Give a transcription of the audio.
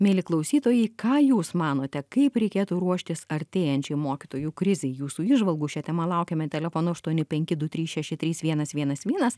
mieli klausytojai ką jūs manote kaip reikėtų ruoštis artėjančiai mokytojų krizei jūsų įžvalgų šia tema laukiame telefonu aštuoni penki du trys šeši trys vienas vienas vienas